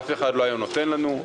אף אחד לא היה נותן לנו,